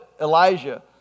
Elijah